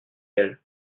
elles